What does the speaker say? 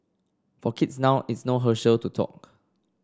for kids now it's no Herschel no talk